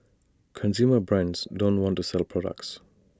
consumer brands don't want to sell products